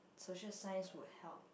social science would help